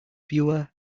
fewer